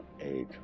age